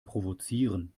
provozieren